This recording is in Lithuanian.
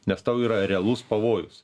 nes tau yra realus pavojus